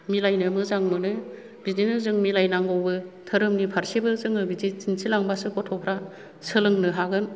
मिलायनो मोजां मोनो बिदिनो जों मिलायनांगौबो धोरोमनि फारसेबो जोङो बिदि दिन्थिलांबासो गथ'फ्रा सोलोंनो हागोन